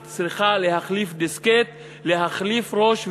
צריכה להחליף דיסקט, להחליף ראש.